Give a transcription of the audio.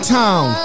town